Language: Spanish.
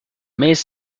mes